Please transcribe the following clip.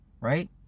right